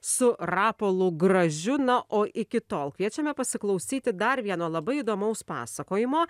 su rapolu gražiu na o iki tol kviečiame pasiklausyti dar vieno labai įdomaus pasakojimo